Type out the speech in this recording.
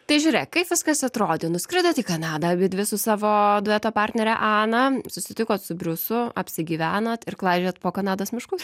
tai žiūrėk kaip viskas atrodė nuskridot į kanadą abidvi su savo dueto partnere ana susitikot su briusu apsigyvenot ir klaidžiojot po kanados miškus